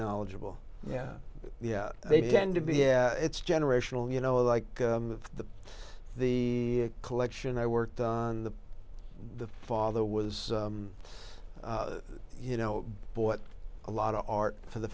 knowledgeable yeah yeah they tend to be yeah it's generational you know like the the collection i worked on the the father was you know bought a lot of art for the